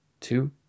two